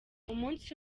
umunsi